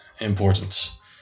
importance